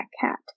cat